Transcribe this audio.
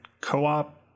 co-op